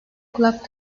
kulak